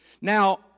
Now